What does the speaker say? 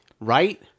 Right